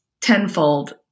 tenfold